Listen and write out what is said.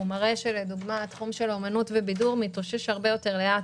הוא מראה שלמשל התחום של אמנות ובידור מתאושש הרבה יותר לאט,